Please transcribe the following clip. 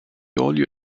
olio